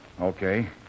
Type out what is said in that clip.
Okay